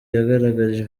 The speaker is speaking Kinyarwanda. yagaragaje